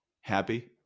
happy